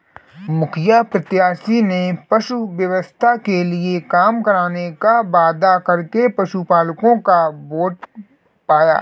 मुखिया प्रत्याशी ने पशु स्वास्थ्य के लिए काम करने का वादा करके पशुपलकों का वोट पाया